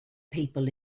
people